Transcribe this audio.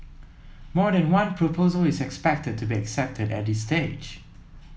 more than one proposal is expected to be accepted at this stage